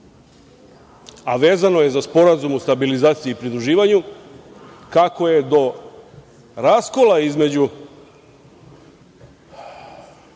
a vezano je za Sporazum o stabilizaciji i pridruživanju, kako je do raskola između